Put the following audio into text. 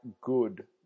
good